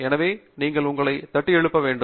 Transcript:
எனவே நீங்கள் உங்களை தட்டியெழுப்ப வேண்டும்